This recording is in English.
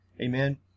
Amen